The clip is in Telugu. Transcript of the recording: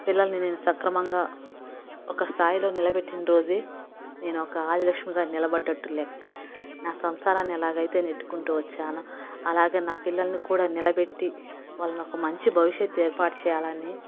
పిల్లల్ని నేను సక్రమంగా ఒక స్థాయిలో నిలబెట్టిన రోజే నేను ఒక ఆదిలక్ష్మిగా నిలబడ్డట్టు లెక్క నా సంసారాన్ని ఎలాగైతే నెట్టుకుంటూ వచ్చానో అలాగే నా పిల్లల్ని కూడా నిలబెట్టి వాళ్ళను ఒక మంచి భవిష్యత్తు ఏర్పాటు చెయ్యాలని